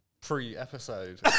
pre-episode